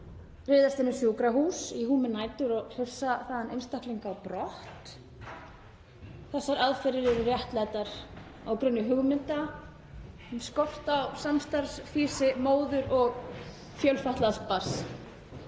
ryðjast inn á sjúkrahús í húmi nætur og hrifsa þaðan einstaklinga á brott. Þessar aðferðir eru réttlættar á grunni hugmynda um skort á samstarfsfýsi móður og fjölfatlaðs barns.